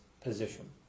position